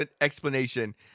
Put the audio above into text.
explanation